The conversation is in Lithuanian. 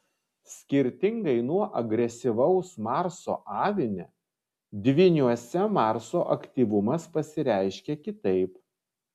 skirtingai nuo agresyvaus marso avine dvyniuose marso aktyvumas pasireiškia kitaip